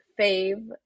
fave